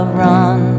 run